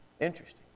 Interesting